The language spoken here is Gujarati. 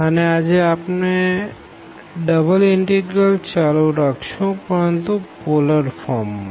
અને આજે આપણે ડબલ ઇનટીગ્રલ્સ ચાલુ રાખશું પરંતુ પોલર ફોર્મ માં